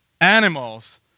animals